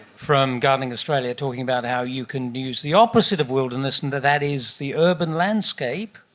from gardening australia talking about how you can use the opposite of wilderness, and that is the urban landscape,